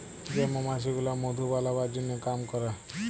যে মমাছি গুলা মধু বালাবার জনহ কাম ক্যরে